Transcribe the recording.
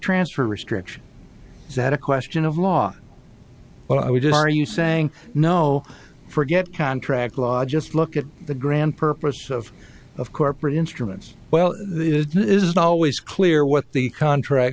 transfer restriction is that a question of law but i would are you saying no forget contract law just look at the grand purpose of of corporate instruments well this is not always clear what the contract